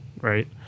right